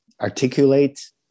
articulate